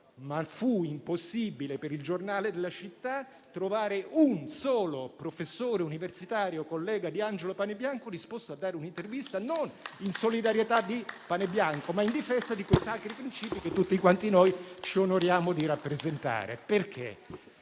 anche impossibile per il giornale della città trovare un solo professore universitario, collega di Angelo Panebianco, disposto a dare un'intervista non in solidarietà di Panebianco, ma in difesa di quei sacri principi che tutti quanti noi ci onoriamo di rappresentare.